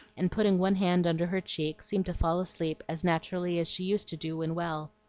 and putting one hand under her cheek, seemed to fall asleep as naturally as she used to do when well.